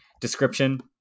Description